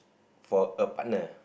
for a partner